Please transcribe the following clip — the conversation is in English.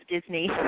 Disney